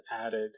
added